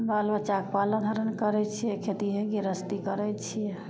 हम बालबच्चाके पालन हरण करै छिए खेतिए गिरहस्थी करै छिए